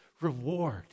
reward